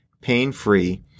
pain-free